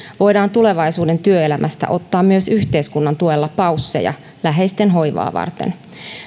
voidaan tulevaisuuden työelämästä ottaa myös yhteiskunnan tuella pausseja läheisten hoivaa varten